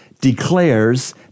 declares